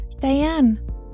Diane